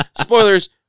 Spoilers